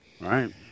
Right